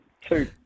Two